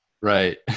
Right